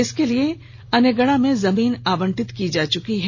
जिसके लिए ओनेगढ़ा में जमीन आवंटित हो चुकी है